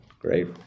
Great